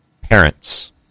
Parents